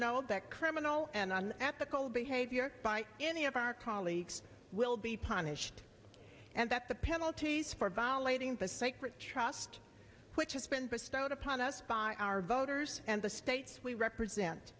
know that criminal and an ethical behavior by any of our colleagues will be punished and that the penalties for violating the sacred trust which has been bestowed upon us by our voters and the states we represent